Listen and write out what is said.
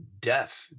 death